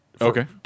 Okay